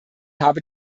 habe